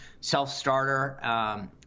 self-starter